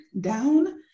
down